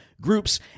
Groups